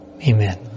Amen